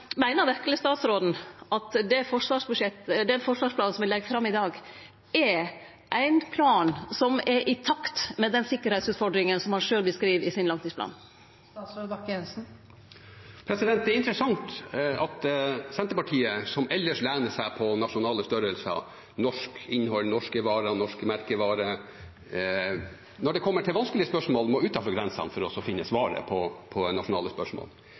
Meiner verkeleg statsråden at den forsvarsplanen me legg fram i dag, er ein plan som er i takt med den sikkerheitsutfordringa som han sjølv beskriv i sin langtidsplan? Det er interessant at Senterpartiet, som ellers lener seg på nasjonale størrelser, norsk innhold, norske varer og norske merkevarer, når det kommer til vanskelige spørsmål, må utenfor grensene for å finne svaret på nasjonale spørsmål.